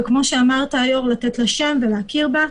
וכמו שאמרת, היו"ר, לתת לה שם ולהכיר בה.